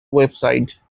website